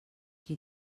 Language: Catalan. qui